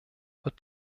wird